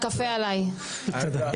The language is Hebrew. צעירים): בעזרת השם, נעשה דיון משמח.